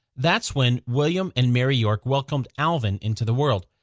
that's when william and mary york welcomed alvin into the world.